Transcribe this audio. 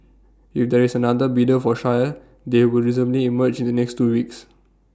if there is another bidder for Shire they will reasonably emerge in the next two weeks